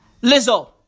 Lizzo